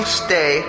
stay